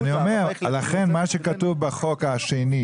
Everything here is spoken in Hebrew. לכן מה שכתוב בחוק השני,